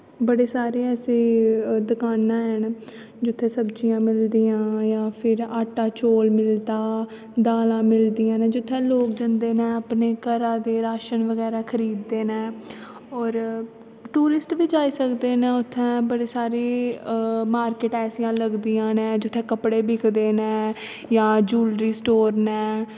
बड़े सारे ऐसे दकानां हैन जित्थे सब्जियां मिलदियां जां फिर आटा चौल मिलदा दालां मिलदियां न जित्थे लोक जंदे न अपने घरै दा राशन बगैरा खरीददे न होर टूरिस्ट बी जाई सकदे न उत्थे बड़े सारे मार्किट ऐसियां लगदियां न जित्थे कपड़े बिकदे न जां यूलिरी स्टोर न